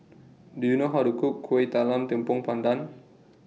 Do YOU know How to Cook Kuih Talam Tepong Pandan